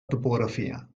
topografia